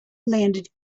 landed